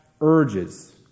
urges